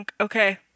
Okay